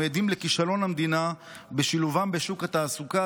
אנו עדים לכישלון המדינה בשילובם בשוק התעסוקה.